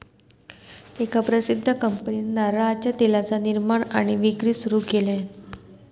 एका प्रसिध्द कंपनीन नारळाच्या तेलाचा निर्माण आणि विक्री सुरू केल्यान